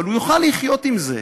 אבל הוא יוכל לחיות עם זה,